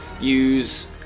use